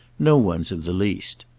no one's of the least.